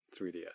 3DS